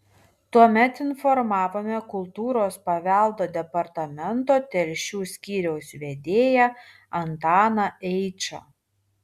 tuomet informavome kultūros paveldo departamento telšių skyriaus vedėją antaną eičą